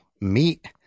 meat